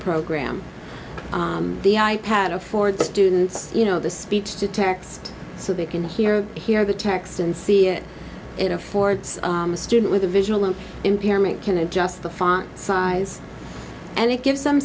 program the i pad afford the students you know the speech to text so they can hear hear the text and see if it affords a student with a visual impairment can adjust the font size and it gives them